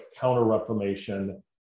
Counter-Reformation